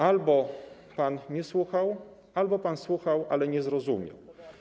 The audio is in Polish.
Albo pan nie słuchał, albo pan słuchał, ale nie zrozumiał.